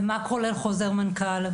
ומה כולל חוזר מנכ"ל,